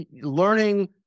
learning